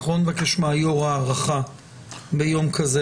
אנחנו לא נבקש מהיו"ר הארכה ביום כזה,